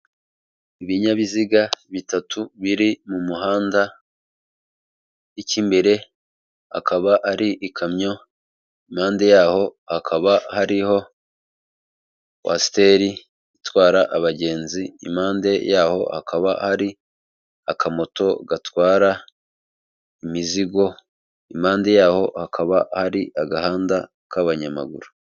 Ibinyabiziga bitatu biri mu muhanda, ik'imbere akaba ari ikamyo, impande yaho hakaba hariho kwasiteri itwara abagenzi, impande yaho akaba ari akamoto gatwara imizigo, impande yaho hakaba hari agahanda k'abanyamaguru.